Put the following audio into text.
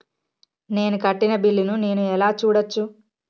నేను కట్టిన బిల్లు ను నేను ఎలా చూడచ్చు?